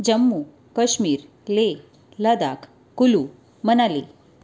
Jammu Kashmir Leh Ladakh Kullu Manali